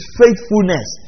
faithfulness